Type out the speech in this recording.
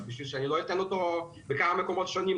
אבל בשביל שאני לא אתן אותו בכמה מקומות שונים,